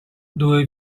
dove